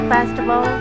Festival